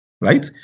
right